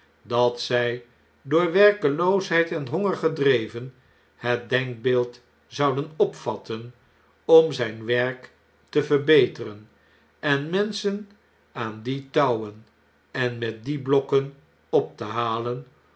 dat z j door werkeloosheid en honger gedreven het denkbeeld zouden opvatten om zn'n werk te verbeteren en menschen aan die touwen en met die blokken op te halen